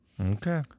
Okay